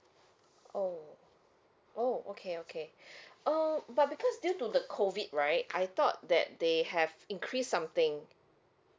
oh oh okay okay uh but because due to the COVID right I thought that they have increased something